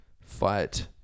fight